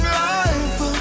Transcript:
life